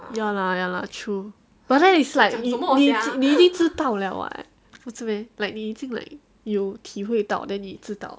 ya lah ya lah true but then is like 你你你已经知道了 what 不是 meh like ike 你已经体会到 then 你知道